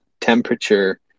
temperature